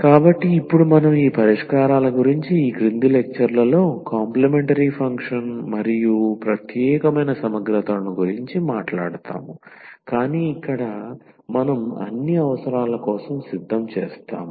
కాబట్టి ఇప్పుడు మనం ఈ పరిష్కారాల గురించి ఈ క్రింది లెక్చర్ లలో కాంప్లిమెంటరీ ఫంక్షన్ మరియు ప్రత్యేకమైన సమగ్రతలను గురించి మాట్లాడుతాము కాని ఇక్కడ మనం అన్ని అవసరాల కోసం సిద్ధం చేస్తాము